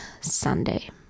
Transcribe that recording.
Sunday